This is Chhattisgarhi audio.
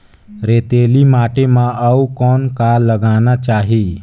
रेतीली माटी म अउ कौन का लगाना चाही?